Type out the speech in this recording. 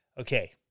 okay